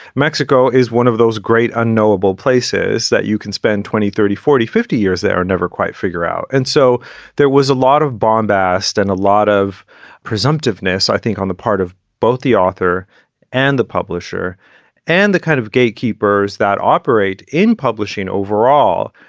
mexico is one of those great, unknowable places that you can spend twenty, thirty, forty, fifty years. they are never quite figure out. and so there was a lot of bombast and a lot of presumptive ness, i think, on the part of both the author and the publisher and the kind of gatekeepers that operate in publishing overall.